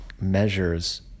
measures